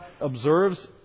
observes